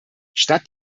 statt